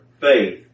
faith